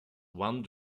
one